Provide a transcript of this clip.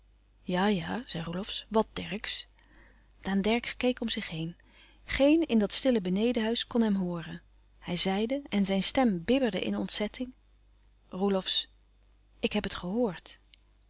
ja-ja zei roelofsz wat dercksz daan dercksz keek om zich heen geen in dat stille benedenhuis kon hem hooren hij zeide en zijn stem bibberde in ontzetting roelofsz ik heb het gehoord